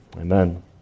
Amen